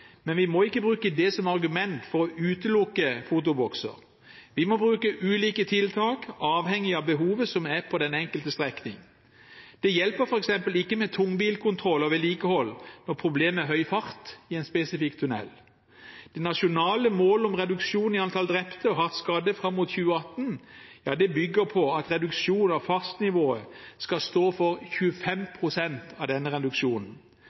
Men vi må ikke bruke det som argument for å utelukke fotobokser. Vi må bruke ulike tiltak, avhengig av behovet som er på den enkelte strekning. Det hjelper f.eks. ikke med tungbilkontroll og vedlikehold når problemet er høy fart i en spesifikk tunnel. Det nasjonale målet om reduksjon i antall drepte og hardt skadde fram mot 2018 bygger på at reduksjon av fartsnivået skal stå for 25 pst. av denne reduksjonen.